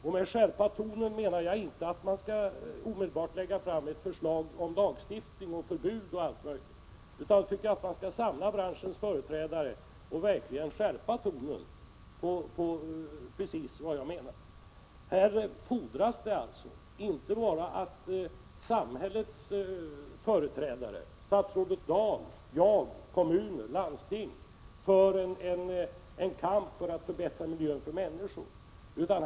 Och med det menar jag inte att man omedelbart skall lägga fram ett förslag om lagstiftning, förbud osv. Vad jag menar är att man skall samla branschens företrädare och verkligen skärpa tonen. Här fordras alltså inte bara att samhällets företrädare — statsrådet Dahl, jag, kommuner och landsting — för en kamp för att förbättra miljön för människor.